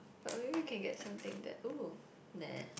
but maybe we can get something that !ooh! nah